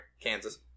Kansas